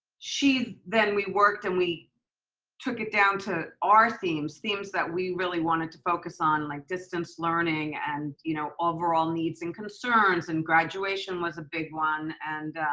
then we worked and we took it down to our themes, themes that we really wanted to focus on, like distance learning and you know overall needs and concerns and graduation was a big one, and